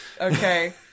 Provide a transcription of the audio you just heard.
Okay